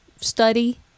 study